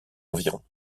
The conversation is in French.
environs